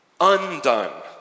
undone